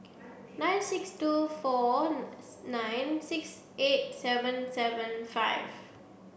nine six two four nine six eight seven seven five